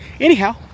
Anyhow